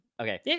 Okay